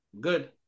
Good